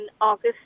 August